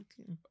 okay